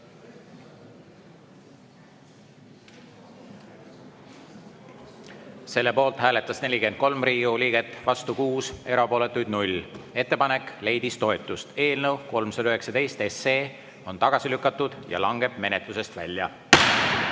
Selle poolt hääletas 43 Riigikogu liiget, vastu 6, erapooletuid 0. Ettepanek leidis toetust. Eelnõu 319 on tagasi lükatud ja langeb menetlusest välja.